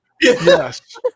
Yes